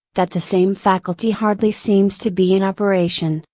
that the same faculty hardly seems to be in operation,